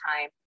time